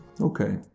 Okay